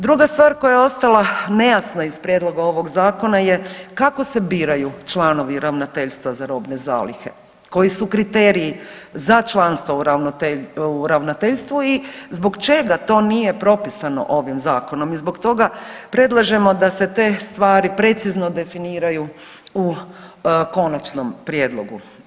Druga stvar koja je ostala nejasna iz prijedloga ovog zakona je kako se biraju članovi ravnateljstva za robne zalihe, koji su kriteriji za članstvo u ravnateljstvu i zbog čega to nije propisano ovim zakonom i zbog toga predlažemo da se te stvari precizno definiraju u konačnom prijedlogu.